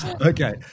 Okay